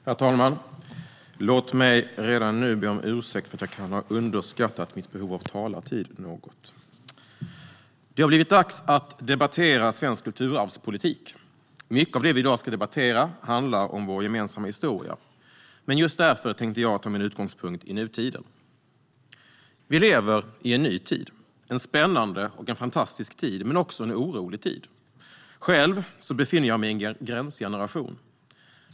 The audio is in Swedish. Herr talman! Låt mig redan nu be om ursäkt för att jag kan ha underskattat mitt behov av talartid något. Det har blivit dags att debattera svensk kulturarvspolitik. Mycket av det vi i dag ska debattera handlar om vår gemensamma historia, men just därför tänkte jag ta min utgångspunkt i nutiden. Vi lever i en ny tid - en spännande och fantastisk tid, men också en orolig tid. Själv tillhör jag en gränsgeneration.